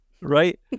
right